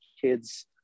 kids